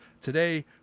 today